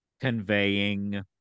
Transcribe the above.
conveying